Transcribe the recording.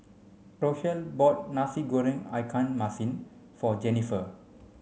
Rochelle bought Nasi Goreng Ikan Masin for Jennifer